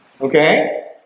Okay